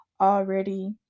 already